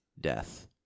death